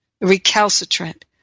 recalcitrant